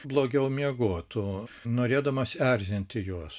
blogiau miegotų norėdamas erzinti juos